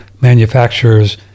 manufacturers